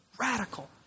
Radical